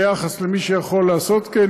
ביחס למי שיכול לעשות כן,